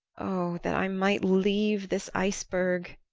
o that i might leave this iceberg,